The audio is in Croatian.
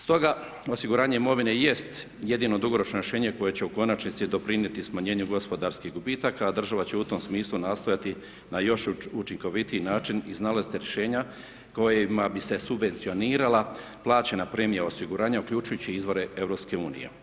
Stoga osiguranje imovine jest jedino dugoročno rješenje koje će u konačnici doprinijeti smanjenu gospodarskih gubitaka, a država će u tom smislu nastojati na još učinkovitiji način iznalaziti rješenja kojima bi se subvencionirala plaćena premija osiguranja, uključujući izvore EU.